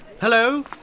Hello